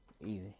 easy